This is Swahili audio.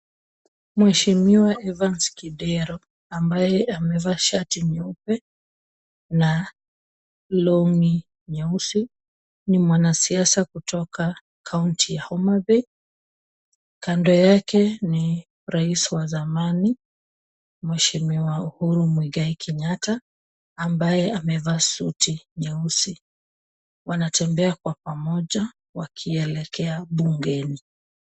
Mheshimiwa Evan Kidero ambaye amevaa shati nyeupe na longi nyeusi nyuma na siasa kutoka county ya Homabay. Kando yake ni rais wa samani mheshimiwa Uhuru Muiga Kenyatta amabaye amevaa suti nyeusi, wanatembea kwa pamoja wakielekea bungeni.